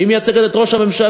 היא מייצגת את ראש הממשלה.